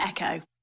Echo